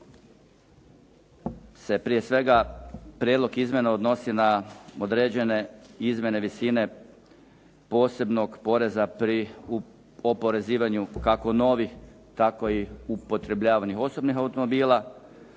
prije svega prijedlog izmjena odnosi na određene izmjene visine posebnog poreza pri oporezivanju, kako novih tako i upotrebljavanih osobnih automobila,